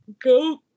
go